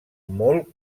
molt